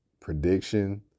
prediction